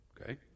okay